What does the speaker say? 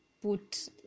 put